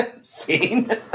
Scene